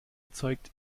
erzeugt